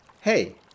Hey